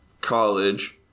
college